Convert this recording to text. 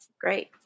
Great